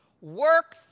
work